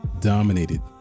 dominated